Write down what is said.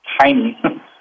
tiny